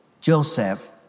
Joseph